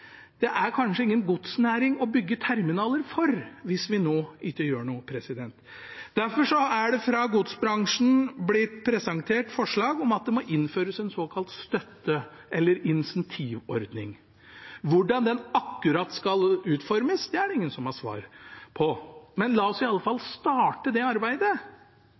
Det er kanskje ingen godsnæring å bygge terminaler for hvis vi ikke gjør noe nå. Derfor er det fra godsbransjen blitt presentert forslag om at det må innføres en såkalt støtte- eller incentivordning. Hvordan den akkurat skal utformes, er det ingen som har svar på, men la oss i alle fall starte det arbeidet.